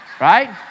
right